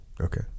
Okay